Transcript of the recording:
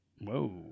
Whoa